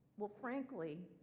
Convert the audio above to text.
well frankly,